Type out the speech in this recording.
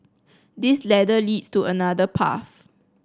this ladder leads to another path